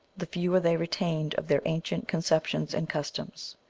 the fewer they retained of their ancient conceptions and customs.